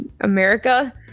America